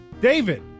David